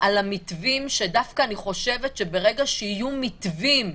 על המתווים, שדווקא אני חושבת שברגע שיהיו מתווים,